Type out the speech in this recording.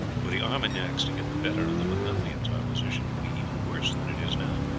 were the armagnacs to get the better of the burgundians our position would be even worse than it is now.